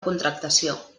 contractació